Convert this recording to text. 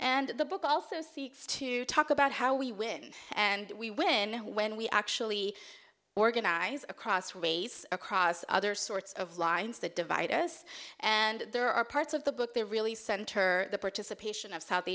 and the book also seeks to talk about how we win and we win when we actually organize across race across other sorts of lines that divide us and there are parts of the book there really center the participation of south